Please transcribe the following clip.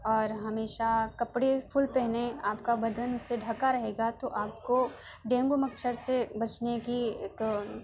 اور ہمیشہ کپڑے فل پہنیں آپ کا بدن اس سے ڈھکا رہے گا تو آپ کو ڈینگو مچھر سے بچنے کی ایک